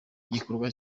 igikorwa